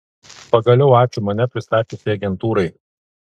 pagaliau ačiū mane pristačiusiai agentūrai